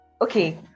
okay